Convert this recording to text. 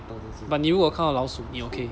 but 你如果看到老鼠你 okay